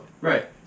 Right